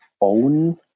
own